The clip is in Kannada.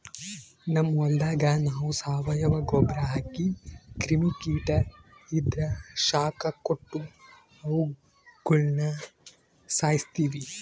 ನಮ್ ಹೊಲದಾಗ ನಾವು ಸಾವಯವ ಗೊಬ್ರ ಹಾಕಿ ಕ್ರಿಮಿ ಕೀಟ ಇದ್ರ ಶಾಖ ಕೊಟ್ಟು ಅವುಗುಳನ ಸಾಯಿಸ್ತೀವಿ